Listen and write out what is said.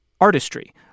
artistry